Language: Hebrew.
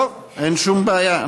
טוב, אין שום בעיה.